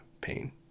pain